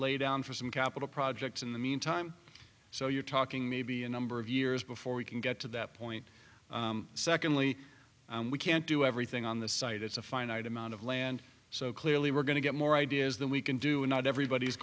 lay down for some capital projects in the meantime so you're talking maybe a number of years before we can get to that point secondly we can't do ever thing on the site it's a finite amount of land so clearly we're going to get more ideas than we can do and not everybody's